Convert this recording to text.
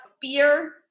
beer